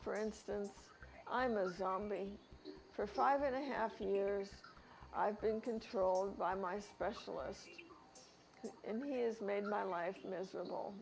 for instance i'm a zombie for five and a half years i've been controlled by my specialists and really is made my life miserable